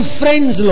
friends